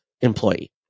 employee